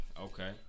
Okay